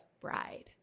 bride